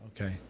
okay